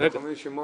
מיוחד בשרי.